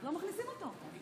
לא מכניסים אותו.